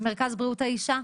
מרכז בריאות האישה?